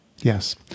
Yes